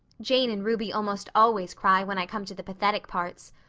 jane and ruby almost always cry when i come to the pathetic parts.